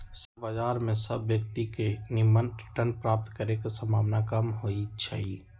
share बजार में सभ व्यक्तिय के निम्मन रिटर्न प्राप्त करे के संभावना कम होइ छइ